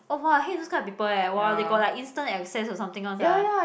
oh !wah! I hate those kind of people eh !wah! they got like instant access or something one sia